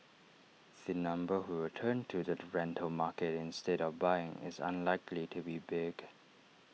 the number who will turn to the rental market instead of buying is unlikely to be big